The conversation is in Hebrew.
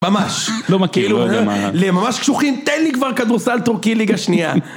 ממש, לא מה, כאילו, ממש קשוחים, תן לי כבר כדורסל טורקי ליגה שנייה.